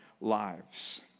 lives